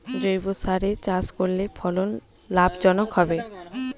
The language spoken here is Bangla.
জৈবসারে চাষ করলে ফলন লাভজনক হবে?